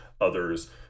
others